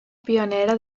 pionera